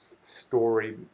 story